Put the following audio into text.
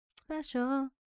Special